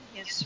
Yes